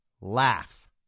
laugh